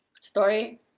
story